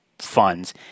Funds